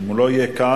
ואם הוא לא יהיה כאן,